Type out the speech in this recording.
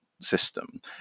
system